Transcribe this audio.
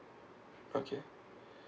okay